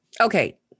Okay